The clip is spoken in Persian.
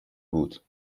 بود